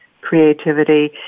creativity